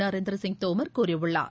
நரேந்திர சிங் தோமர் கூறியுள்ளார்